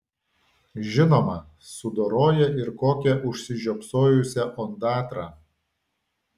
žinoma sudoroja ir kokią užsižiopsojusią ondatrą